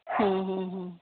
ಹ್ಞೂ ಹ್ಞೂ ಹ್ಞೂ